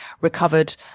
recovered